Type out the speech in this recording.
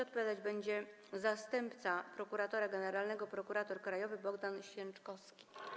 Odpowiadać będzie zastępca prokuratora generalnego, prokurator krajowy Bogdan Święczkowski.